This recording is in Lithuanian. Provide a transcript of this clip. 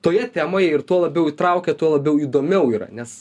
toje temoje ir tuo labiau įtraukia tuo labiau įdomiau yra nes